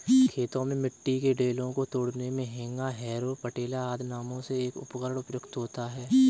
खेतों में मिट्टी के ढेलों को तोड़ने मे हेंगा, हैरो, पटेला आदि नामों से एक उपकरण प्रयुक्त होता है